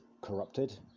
corrupted